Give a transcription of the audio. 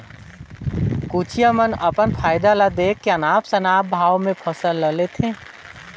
कोचिया मन अपन फायदा ल देख के अनाप शनाप भाव में फसल ल लेथे